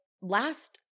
last